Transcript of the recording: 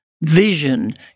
vision